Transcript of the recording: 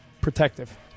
protective